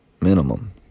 minimum